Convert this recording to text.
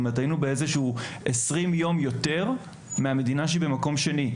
היינו ב-20 יום יותר מהמדינה שבמקום שני,